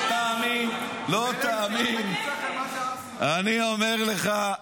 --- אני אומר לך,